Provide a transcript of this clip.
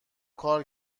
کار